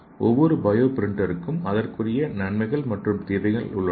ஒவ்வொரு பயோ பிரிண்டருக்கும் அதற்குரிய நன்மைகள் மற்றும் தீமைகள் உள்ளன